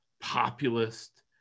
populist